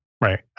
right